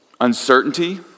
uncertainty